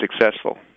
successful